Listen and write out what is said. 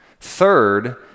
Third